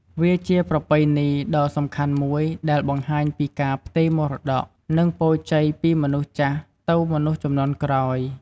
វាជាប្រពៃណីដ៏សំខាន់មួយដែលបង្ហាញពីការផ្ទេរមរតក និងពរជ័យពីមនុស្សចាស់ទៅមនុស្សជំនាន់ក្រោយ។